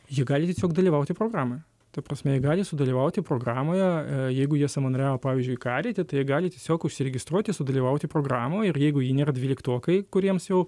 jie gali tiesiog dalyvauti programoje ta prasme jie gali sudalyvauti programoje jeigu jie savanoriavo pavyzdžiui karite tai jie gali tiesiog užsiregistruoti sudalyvauti programoje ir jeigu jie nėra dvyliktokai kuriems jau